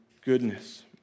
goodness